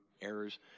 Errors